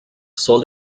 sold